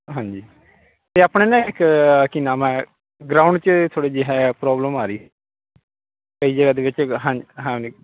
ਹਾਂਜੀ ਅਤੇ ਆਪਣੇ ਨਾ ਇੱਕ ਕੀ ਨਾਮ ਹੈ ਗਰਾਊਂਡ 'ਚ ਥੋੜ੍ਹੀ ਜੀ ਹੈ ਪ੍ਰੋਬਲਮ ਆ ਰਹੀ ਕਈ ਜਗ੍ਹਾ ਦੇ ਵਿੱਚ ਹਾਂ ਹਾਂਜੀ